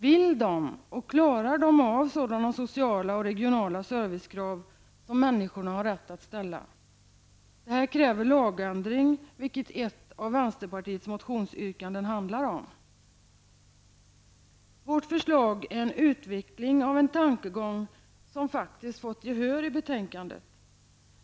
Vill de, och klarar de av sådana sociala och regionala servicekrav som människorna har rätt att ställa? Det här kräver lagändring, vilket ett av vänsterpartiets motionsyrkanden handlar om. Vårt förslag är en utveckling av en tankegång som faktiskt fått gehör i betänkandet.